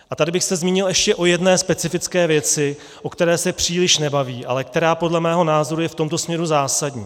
A tady bych se zmínil ještě o jedné specifické věci, o které se příliš nebavíme, ale která podle mého názoru je v tomto směru zásadní.